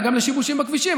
אלא גם לשיבושים בכבישים.